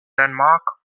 denmark